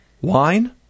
Wine